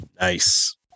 Nice